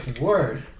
word